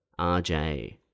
RJ